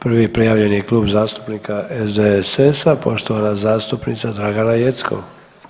Prvi je prijavljeni Klub zastupnika SDSS-a poštovana zastupnica Dragana Jeckov.